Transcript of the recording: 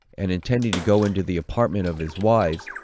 and intending to go into the apartment of his wives,